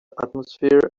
atmosphere